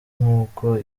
n’uko